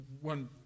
one